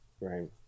Right